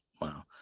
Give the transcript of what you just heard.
Wow